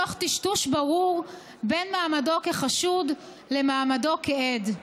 תוך טשטוש ברור בין מעמדו כחשוד למעמדו כעד.